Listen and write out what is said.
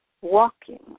walking